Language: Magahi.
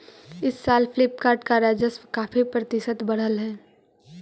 इस साल फ्लिपकार्ट का राजस्व काफी प्रतिशत बढ़लई हे